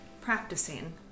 practicing